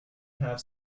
have